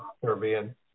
Caribbean